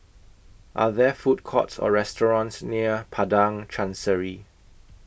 Are There Food Courts Or restaurants near Padang Chancery